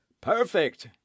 Perfect